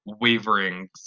Wavering